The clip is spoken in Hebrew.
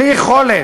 בלי יכולת,